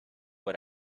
what